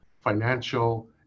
financial